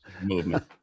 movement